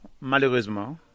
malheureusement